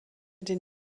den